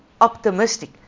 optimistic